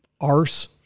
arse